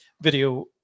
video